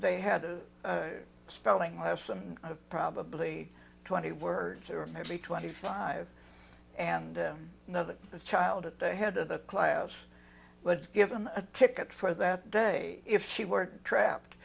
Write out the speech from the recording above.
they had a spelling lesson of probably twenty words or maybe twenty five and another child at the head of the class would give them a ticket for that day if she were trapped